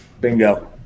Bingo